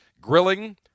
grilling